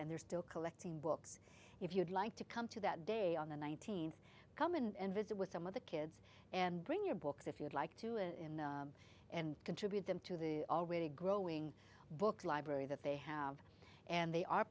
and they're still collecting books if you'd like to come to that day on the nineteenth come and visit with some of the kids and bring your books if you'd like to in and contribute them to the already growing books library that they have and they are